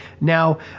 Now